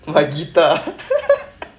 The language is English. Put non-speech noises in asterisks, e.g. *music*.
my guitar *laughs*